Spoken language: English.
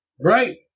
Right